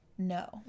no